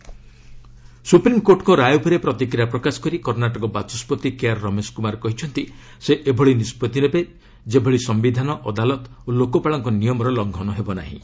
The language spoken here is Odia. ଆଡ୍ ଏସ୍ସି କର୍ଣ୍ଣାଟକ ସୁପ୍ରିମ୍କୋର୍ଟଙ୍କ ରାୟ ଉପରେ ପ୍ରତିକ୍ରିୟା ପ୍ରକାଶ କରି କର୍ଣ୍ଣାଟକ ବାଚସ୍କତି କେ ଆର୍ ରମେଶ କୁମାର କହିଛନ୍ତି ସେ ଏଭଳି ନିଷ୍ପଭି ନେବେ ଯେପରି ସମ୍ଭିଧାନ ଅଦାଲତ ଓ ଲୋକପାଳ ନିୟମର ଲଙ୍ଘନ ହେବ ନାହିଁ